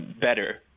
better